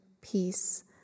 peace